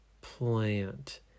plant